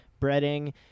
breading